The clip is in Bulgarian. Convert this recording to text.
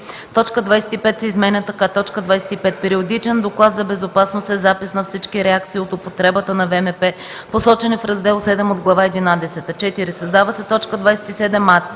Точка 25 се изменя така: „25. „Периодичен доклад за безопасност” е запис на всички реакции от употребата на ВМП, посочени в Раздел VІІ от Глава единадесета”. 4. Създава се т. 27а: